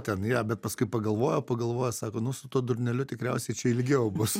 ten ją bet paskui pagalvojo pagalvojo sako nu su tuo durneliu tikriausiai čia ilgiau bus